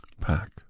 pack